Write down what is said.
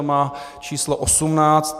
Má č. 18.